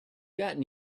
gotten